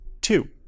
Two